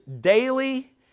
daily